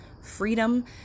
freedom